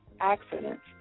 accidents